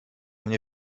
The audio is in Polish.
nie